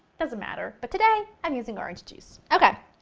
doesn't matter, but today, i'm using orange juice. okay,